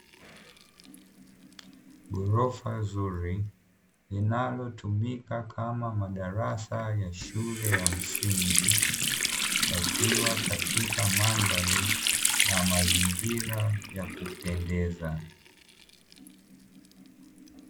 Ghorofa zuri linalotumika kama madarasa ya shule ya msingi, yakiwa katika mandhari ya kuvutia na mazingira ya kupendeza.